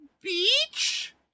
beach